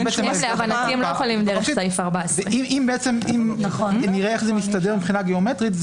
--- לא יכולים דרך סעיף 14. נראה איך זה מסתדר מבחינה גיאומטרית,